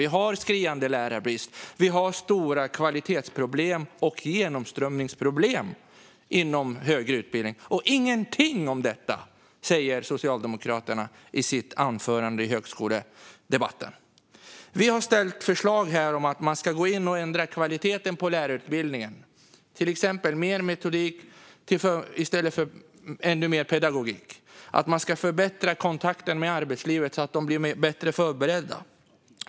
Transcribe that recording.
Vi har en skriande lärarbrist och stora kvalitets och genomströmningsproblem inom högre utbildning. Socialdemokraternas företrädare säger ingenting om detta i sitt anförande i högskoledebatten. Vi har lagt fram förslag om att man ska ändra kvaliteten på lärarutbildningen. Exempelvis vill vi ha mer metodik i stället för ännu mer pedagogik. Man ska förbättra kontakten med arbetslivet så att studenterna blir bättre förberedda.